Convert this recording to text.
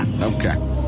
Okay